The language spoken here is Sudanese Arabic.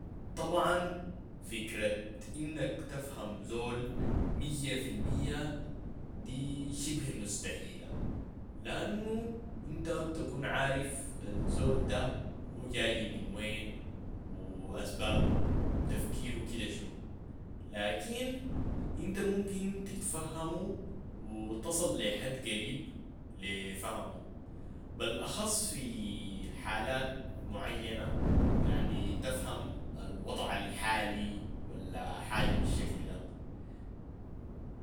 طبعا فكرة انك تفهم زول مية في المية دي شبه مستهيلة لانو انت ما بتكون عارف الزول ده هو جاي من وين و اسباب تفكيرو كده شنو لكن انت ممكن تتفهمو و تصل لحد قريب لي فهمو بلاخص في حالات معينة يعني تفهم الوضع الحالي ولا حاجة بالشكل ده.